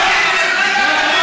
לא הוצאת את חבר הכנסת אורן חזן,